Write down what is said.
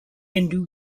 hindu